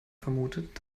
vermutet